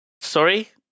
Sorry